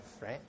right